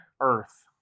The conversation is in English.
earth